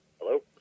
Hello